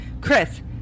Chris